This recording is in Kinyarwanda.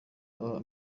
aba